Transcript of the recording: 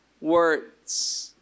words